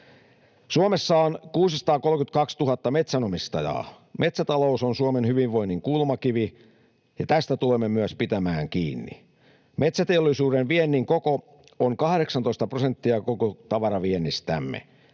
Suomessa on 632 000 metsänomistajaa. Metsätalous on Suomen hyvinvoinnin kulmakivi, ja tästä tulemme myös pitämään kiinni. Metsäteollisuuden viennin koko on 18 prosenttia koko tavaraviennistämme.